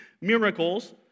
miracles